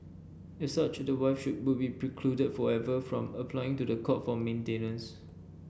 as such the wife would be precluded forever from applying to the court for maintenance